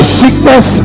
sickness